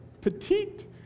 petite